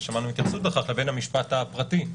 ושמענו התייחסות לכך לבין המשפט הפרטי.